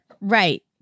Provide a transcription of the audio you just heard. Right